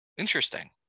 interesting